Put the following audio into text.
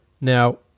Now